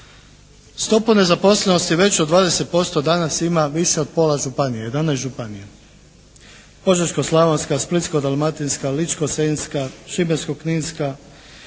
Stopu nezaposlenosti veću od 20% danas ima više od pola županija, 11 županija, Požeško-slavonska, Splitsko-dalmatinska, Ličko-senjska, Šibensko-kninska,